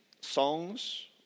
songs